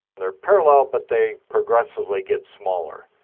they're parallel but they progressively get smaller.